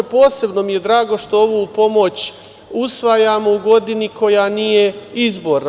Posebno mi je drago što ovu pomoć usvajamo u godini koja nije izborna.